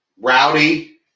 Rowdy